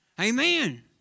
Amen